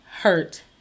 hurt